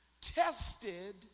tested